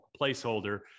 placeholder